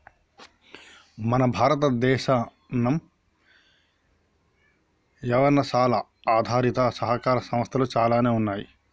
మన భారతదేనం యవసాయ ఆధారిత సహకార సంస్థలు చాలానే ఉన్నయ్యి